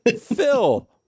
Phil